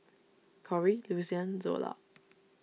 Corie Lucian Zola